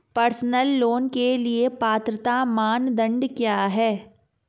Personal loan के लिए पात्रता मानदंड क्या हैं?